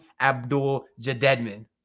Abdul-Jadedman